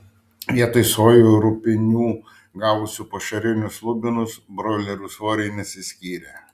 vietoj sojų rupinių gavusių pašarinius lubinus broilerių svoriai nesiskyrė